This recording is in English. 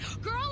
Girl